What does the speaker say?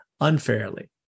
unfairly